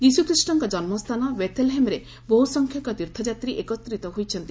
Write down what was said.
ଯୀଶୁଖ୍ରୀଷ୍ଟଙ୍କ ଜନ୍ମସ୍ଥାନ ବେଥଲହେମ୍ରେ ବହୁସଂଖ୍ୟକ ତୀର୍ଥଯାତ୍ରୀ ଏକତ୍ରିତ ହୋଇଛନ୍ତି